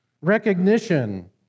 recognition